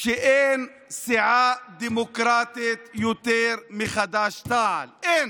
שאין סיעה דמוקרטית יותר מחד"ש-תע"ל, אין.